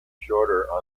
shorter